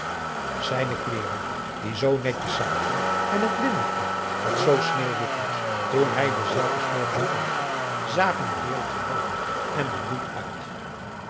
zijne kleêren die zoo netjes zaten en het linnegoed dat zoo sneeuwwit was toen hij dezelve s morgens aantrok zagen er deerlijk gehavend en bebloed uit